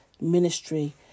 ministry